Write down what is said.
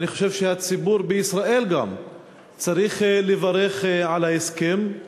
ואני חושב שגם הציבור בישראל צריך לברך על ההסכם.